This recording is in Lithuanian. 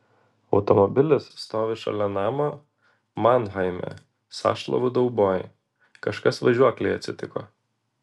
automobilis stovi šalia namo manheime sąšlavų dauboj kažkas važiuoklei atsitiko